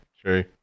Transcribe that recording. true